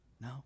No